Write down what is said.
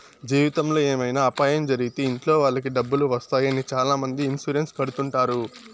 జీవితంలో ఏమైనా అపాయం జరిగితే ఇంట్లో వాళ్ళకి డబ్బులు వస్తాయి అని చాలామంది ఇన్సూరెన్స్ కడుతుంటారు